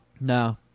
No